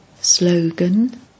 Slogan